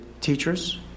teachers